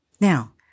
Now